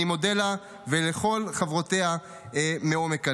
אני מודה לה ולכל חברותיה מעומק הלב.